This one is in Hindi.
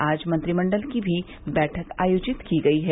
आज मंत्रिमंडल की भी बैठक आयोजित की गई है